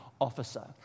officer